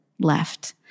left